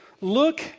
look